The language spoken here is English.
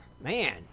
Man